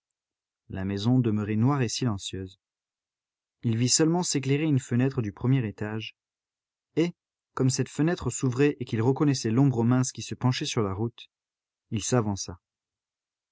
la maison demeurait noire et silencieuse il vit seulement s'éclairer une fenêtre du premier étage et comme cette fenêtre s'ouvrait et qu'il reconnaissait l'ombre mince qui se penchait sur la route il